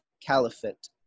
Caliphate